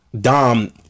Dom